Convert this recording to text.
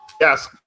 Yes